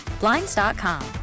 Blinds.com